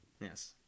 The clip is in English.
yes